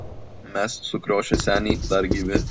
mes sukriošę seniai dar gyvi